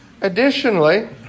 Additionally